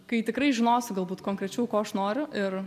kai tikrai žinosiu galbūt konkrečiau ko aš noriu ir